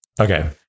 Okay